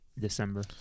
December